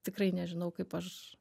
tikrai nežinau kaip aš